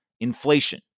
Inflation